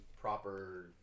proper